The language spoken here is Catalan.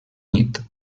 nit